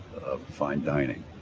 of fine dining.